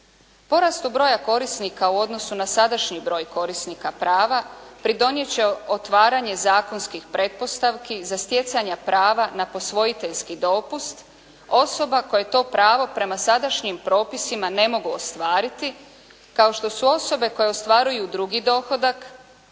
Porastu broja korisnika u odnosu na sadašnji broj korisnika prava pridonijet će otvaranje zakonskih pretpostavki za stjecanja prava na posvojiteljski dopust osoba koje to pravo prema sadašnjim propisima ne mogu ostvariti kao što su osobe koje ostvaruju drugi dohodak,